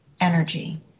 energy